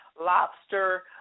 lobster